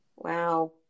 Wow